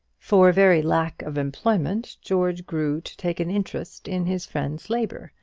for very lack of employment, george grew to take an interest in his friend's labour,